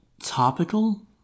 topical